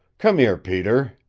come here, peter!